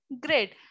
Great